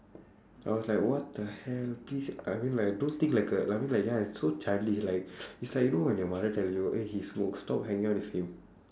I was like what the hell please I mean like don't think like a like I mean like ya it's so childish like it's like you know when your mother tell you eh he smokes stop hanging out with him